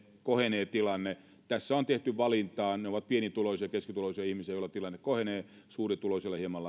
kohenee tilanne tässä on tehty valinta ne ovat pienituloisia keskituloisia ihmisiä joilla tilanne kohenee suurituloisilla hieman